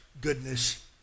goodness